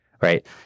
right